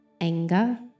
anger